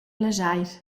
plaschair